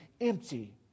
empty